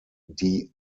die